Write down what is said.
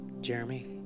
Jeremy